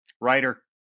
Writer